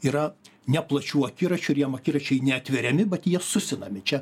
yra ne plačių akiračių ir jiem akiračiai neatveriami bet jie susinami čia